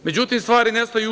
Međutim, stvari ne staju tu.